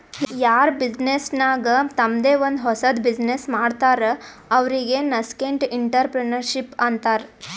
ಯಾರ್ ಬಿಸಿನ್ನೆಸ್ ನಾಗ್ ತಂಮ್ದೆ ಒಂದ್ ಹೊಸದ್ ಬಿಸಿನ್ನೆಸ್ ಮಾಡ್ತಾರ್ ಅವ್ರಿಗೆ ನಸ್ಕೆಂಟ್ಇಂಟರಪ್ರೆನರ್ಶಿಪ್ ಅಂತಾರ್